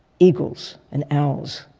eagles and owls,